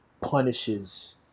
punishes